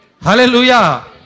Hallelujah